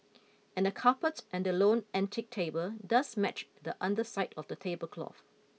and the carpet and the lone antique table does match the underside of the tablecloth